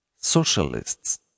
Socialists